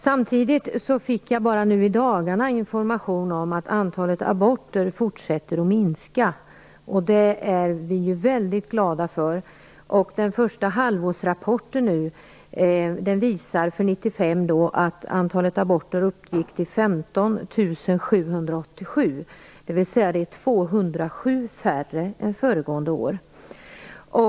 Jag har i dagarna fått information om att antalet aborter fortsätter att minska, och det är vi väldigt glada för. Den första halvårsrapporten för 1995 visar att antalet aborter uppgick till 15 787, dvs. att de var 207 färre än föregående år.